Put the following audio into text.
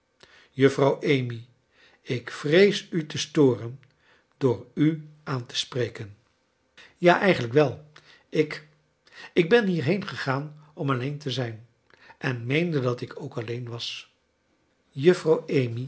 juffrouw amy ik vrees u te storen door u aan te spreken ja eigenlijk wel tk ik ben hierheen gegaan om alleen te zijn en meende dat ik ook alleen was